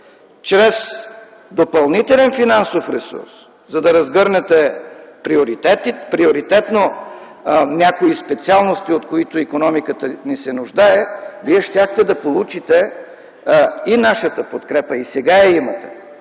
чрез допълнителен финансов ресурс, за да разгърнете приоритетно някои специалности, от които икономиката ни се нуждае, Вие щяхте да получите и нашата подкрепа. И сега я имате.